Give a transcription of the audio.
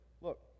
look